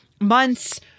months